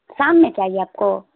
شام میں چاہیے آپ کو